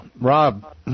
Rob